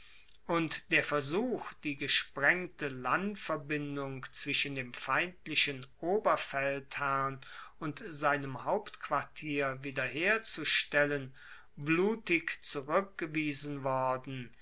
und der versuch die gesprengte landverbindung zwischen dem feindlichen oberfeldherrn und seinem hauptquartier wiederherzustellen blutig zurueckgewiesen worden